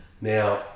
Now